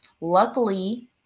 Luckily